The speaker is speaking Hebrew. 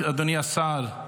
אדוני השר,